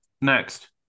next